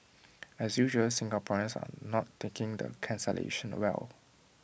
as usual Singaporeans are not taking the cancellation well